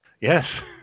Yes